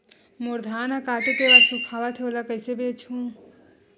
मोर धान ह काटे के बाद सुखावत हे ओला कइसे बेचहु?